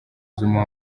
zuba